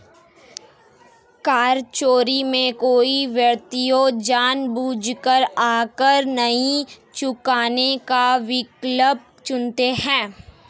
कर चोरी में कोई व्यक्ति जानबूझकर आयकर नहीं चुकाने का विकल्प चुनता है